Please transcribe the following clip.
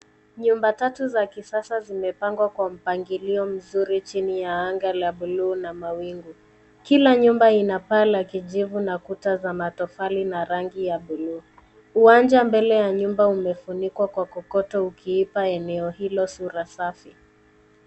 Nyumba tatu za kisasa zimepangwa kwa mpangilio mzuri chini ya anga la bluu na mawingu. Kila nyumba ina paa la kijivu na kuta za matofali na rangi ya bluu. Uwanja mbele ya nyumba umefunikwa kwa kokoto, ukiipa eneo hilo sura safi.